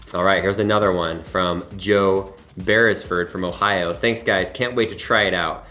all right, here's another one from joe beresford from ohio, thanks guys, can't wait to try it out.